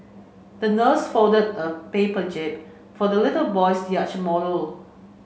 the nurse folded a paper jib for the little boy's yacht model